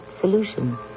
solution